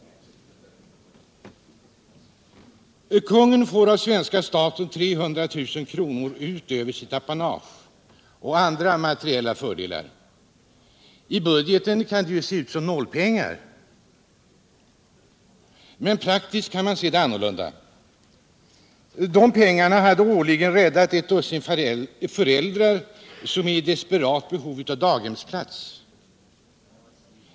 Kungen får av svenska staten 300 000 kronor utöver sitt apanage och andra materiella fördelar. I budgeten kan det se ut som nålpengar. Men praktiskt kan man se det annorlunda. De pengarna hade årligen räddat ett dussin föräldrar som är i desperat behov av daghemsplats.